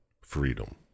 Freedom